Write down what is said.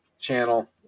channel